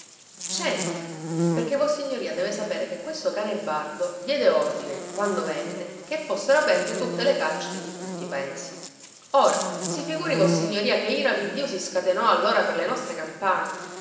centra perché vossignoria deve sapere che questo canebardo diede ordine quando venne che fossero aperte tutte le carceri di tutti i paesi ora si figuri vossignoria che ira di dio si scatenò allora per le nostre campagne